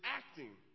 acting